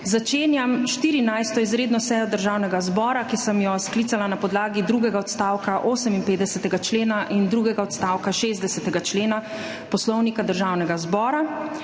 Začenjam 14. izredno sejo Državnega zbora, ki sem jo sklicala na podlagi drugega odstavka 58. člena in drugega odstavka 60. člena Poslovnika Državnega zbora.